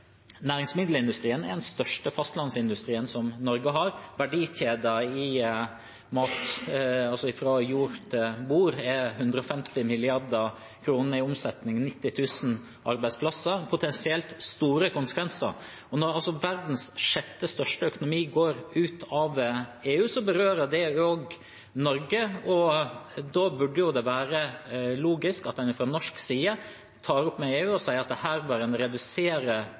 Næringsmiddelindustrien er den største fastlandsindustrien Norge har. Verdikjeden i mat, fra jord til bord, er 150 mrd. kr i omsetning og 90 000 arbeidsplasser – potensielt store konsekvenser. Når altså verdens sjette største økonomi går ut av EU, berører det også Norge, og da burde det være logisk at en fra norsk side tar det opp med EU og sier at her bør en redusere